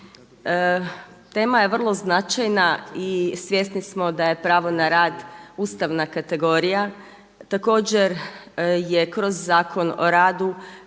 Tema je vrlo značajna i svjesni smo da je pravo na rad ustavna kategorija. Također je kroz Zakon o radu